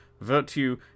virtue